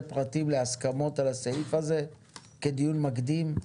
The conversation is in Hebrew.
פרטים להסכמות על הסעיף הזה בדיון מקדים?